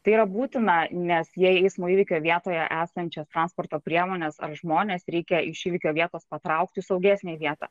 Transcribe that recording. tai yra būtina nes jei eismo įvykio vietoje esančias transporto priemones ar žmones reikia iš įvykio vietos patraukti į saugesnę vietą